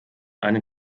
einen